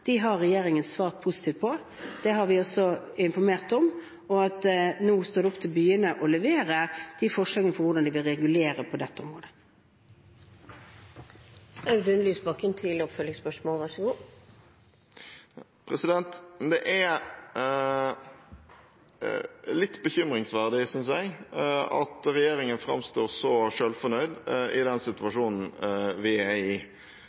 har regjeringen svart positivt på. Det har vi også informert om, og nå er det opp til byene å levere forslag om hvordan de vil regulere på dette området. Det er litt bekymringsfullt, synes jeg, at regjeringen framstår så fornøyd med seg selv i den situasjonen vi er i.